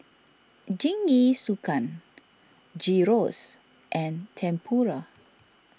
Jingisukan Gyros and Tempura